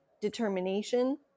determination